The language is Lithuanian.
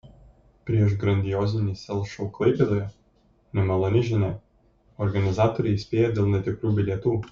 prieš grandiozinį sel šou klaipėdoje nemaloni žinia organizatoriai įspėja dėl netikrų bilietų